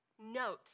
Note